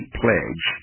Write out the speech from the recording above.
pledge